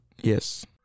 Yes